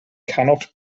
cannot